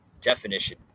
definition